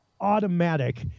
automatic